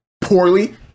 poorly